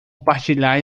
compartilhar